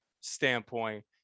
standpoint